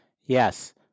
Yes